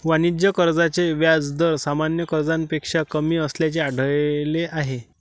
वाणिज्य कर्जाचे व्याज दर सामान्य कर्जापेक्षा कमी असल्याचे आढळले आहे